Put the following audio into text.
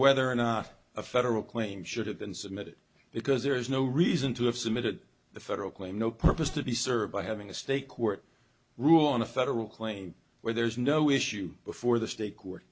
whether or not a federal claim should have been submitted because there is no reason to have submitted the federal claim no purpose to be served by having a state court rule on a federal claim where there is no issue before the state